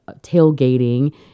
tailgating